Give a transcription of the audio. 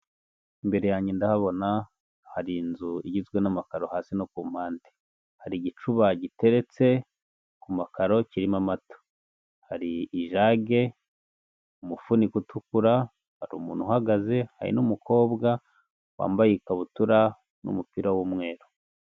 Imbere yanjye ndahabona hari inzu igizwe n'amakaro hasi no ku mpande, hari igicuba giteretse ku makaro kirimo amata, hari ijage umufuniko utukura hari umuntu uhagaze hari n'umukobwa wambaye ikabutura n'umupira w'umweru.